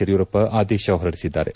ಯಡಿಯೂರಪ್ಪ ಆದೇಶ ಹೊರಡಿಸಿದ್ದಾರೆ